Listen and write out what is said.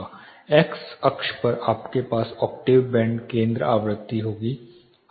x अक्ष पर आपके पास ओक्टेव बैंड केंद्र आवृत्ति होगी